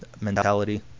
mentality